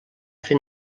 fer